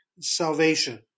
salvation